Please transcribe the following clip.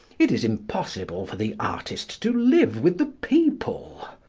it is impossible for the artist to live with the people.